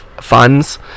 funds